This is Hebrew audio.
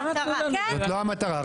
זאת לא המטרה.